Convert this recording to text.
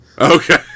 Okay